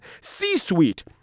C-Suite